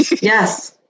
Yes